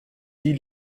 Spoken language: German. die